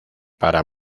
para